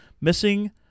missing